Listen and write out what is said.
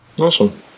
Awesome